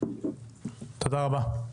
תודה רבה.